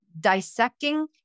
dissecting